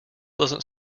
doesn’t